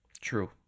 true